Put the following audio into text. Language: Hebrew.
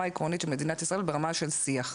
העקרונית של מדינת ישראל ברמה של שיח.